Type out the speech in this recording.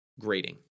grading